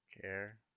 care